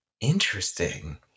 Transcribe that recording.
interesting